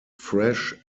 fresh